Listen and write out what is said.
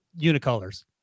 unicolors